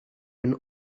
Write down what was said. when